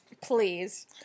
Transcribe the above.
Please